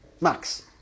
max